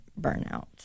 burnout